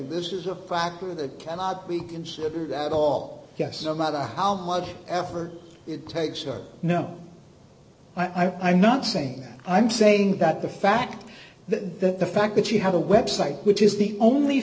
this is a factor that cannot be considered at all yes no matter how much effort it takes or no i'm not saying that i'm saying that the fact that the fact that you have a website which is the only